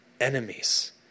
enemies